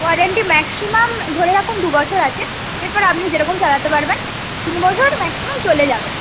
warranty maximum ধরে রাখুন দু বছর আছে এরপর আপনি যে রকম চালাতে পারবেন তিন বছর ম্যাক্সিমাম চলে যাবে